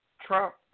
Trump